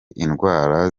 indwara